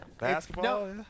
Basketball